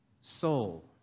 Soul